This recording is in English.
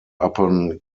upon